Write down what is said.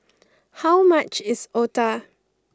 how much is Otah